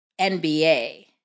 NBA